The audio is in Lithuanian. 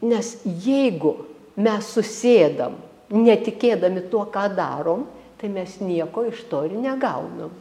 nes jeigu mes susėdam netikėdami tuo ką darom tai mes nieko iš to ir negaunam